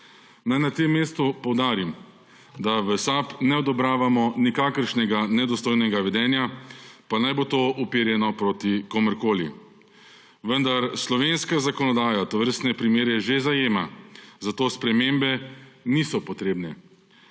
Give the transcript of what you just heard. Naj na tem mestu poudarim, da v SAB ne odobravamo nikakršnega nedostojnega vedenja, pa naj bo to uperjeno proti komurkoli. Vendar slovenska zakonodaja tovrstne primere že zajema, zato spremembe niso potrebne.